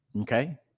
Okay